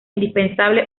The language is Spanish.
indispensable